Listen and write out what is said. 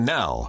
now